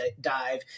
dive